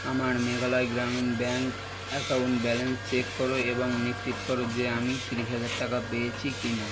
আমার Meghalaya Gramin bank account balance check করো এবাং নিশ্চিত করো যে আমি তিরিশ হাজার টাকা পেয়েছি কিনা